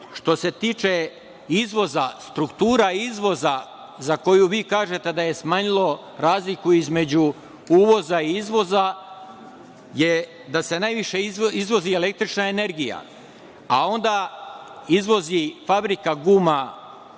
se tiče izvoza, struktura izvoza za koju smatrate da je smanjilo razliku između uvoza i izvoza je da se najviše izvozi električna energija, a onda izvozi fabrika guma